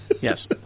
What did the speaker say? yes